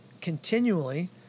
continually –